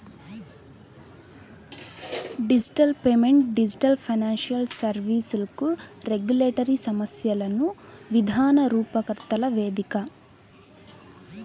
digital payment digital financial సర్వీస్లకు regulatory సమస్యలను విధాన రూపకర్తల వేదిక